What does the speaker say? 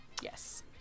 yes